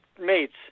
mates